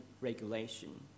regulation